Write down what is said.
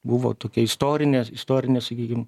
buvo tokia istorinė istorinė sakykim